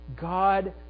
God